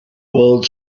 world